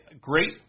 great